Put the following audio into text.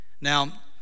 Now